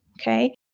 Okay